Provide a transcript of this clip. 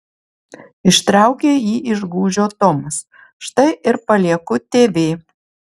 ištraukė jį iš gūžio tomas štai ir palieku tv